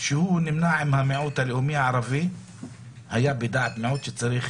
שנמנה עם המיעוט הלאומי הערבי היה בדעה שצריך